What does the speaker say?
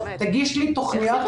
תגיש לי תוכניות,